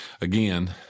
again